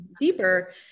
deeper